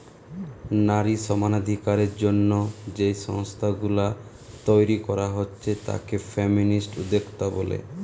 নারী সমানাধিকারের জন্যে যেই সংস্থা গুলা তইরি কোরা হচ্ছে তাকে ফেমিনিস্ট উদ্যোক্তা বলে